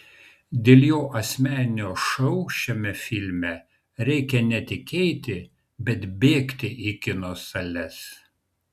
dėl jo asmeninio šou šiame filme reikia ne tik eiti bet bėgti į kino sales